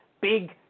big